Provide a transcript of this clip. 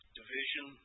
division